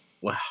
wow